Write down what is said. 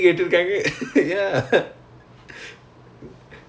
it's a singapore thing lah ya